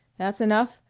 that's enough,